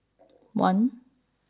one